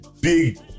big